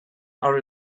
are